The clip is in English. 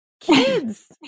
kids